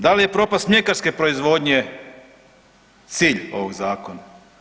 Da li je propast mljekarske proizvodnje cilj ovog zakona?